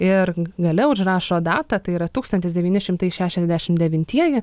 ir gale užrašo datą tai yra tūkstantis devyni šimtai šešiasdešimt devintieji